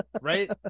right